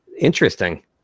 interesting